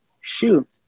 Shoot